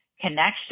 connection